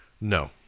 No